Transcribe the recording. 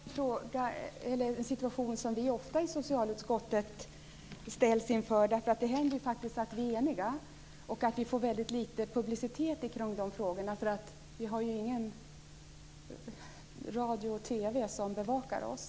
Herr talman! Det är en situation som vi i socialutskottet ofta ställs inför. Det händer faktiskt att vi är eniga, och då får vi väldigt litet publicitet kring frågorna. Vi har ju då ingen radio och TV som bevakar oss.